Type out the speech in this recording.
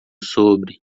sobre